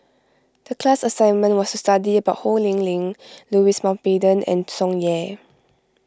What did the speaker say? the class assignment was to study about Ho Lee Ling Louis Mountbatten and Tsung Yeh